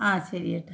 ആ ശരിയേട്ടാ